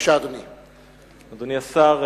אדוני השר,